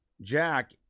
Jack